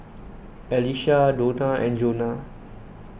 Alycia Dona and Jonah